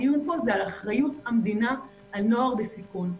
הדיון פה הוא על אחריות המדינה על נוער בסיכון.